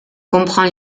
comprend